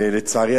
לצערי,